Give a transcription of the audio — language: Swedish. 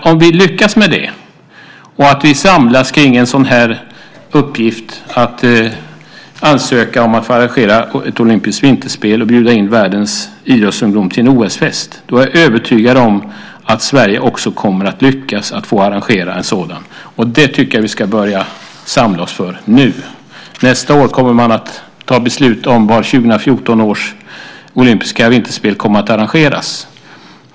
Om vi lyckas med detta och samlas kring uppgiften att ansöka om att få arrangera ett olympiskt vinterspel och bjuda in världens idrottsungdom till en OS-fest, då är jag övertygad om att Sverige också kommer att lyckas att få arrangera en sådan. Det tycker jag att vi ska börja samla oss för nu. Nästa år kommer man att fatta beslut om var 2014 års olympiska vinterspel ska arrangeras.